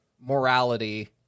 morality